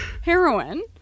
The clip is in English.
heroin